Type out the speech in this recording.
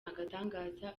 agatangaza